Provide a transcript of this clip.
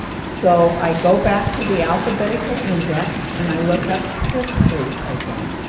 so i go back to the alphabetical index and i look up history again.